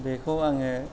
बेखौ आङो